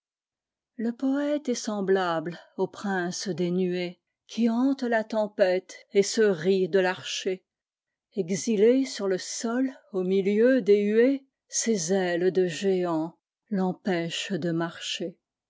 le poëte est semblable au prince des nuéesqui hante la tempête et se rit de l'archer exilé sur le sol au milieu des huées ses ailes de géant l'empêchent de marcher